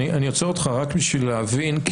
אני עוצר אותך רק בשביל להבין,